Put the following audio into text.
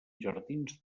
jardins